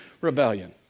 rebellion